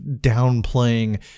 downplaying